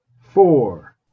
four